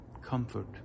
Comfort